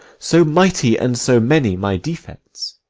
so mighty and so many my defects,